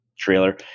trailer